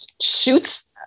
shoots